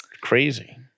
Crazy